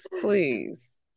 please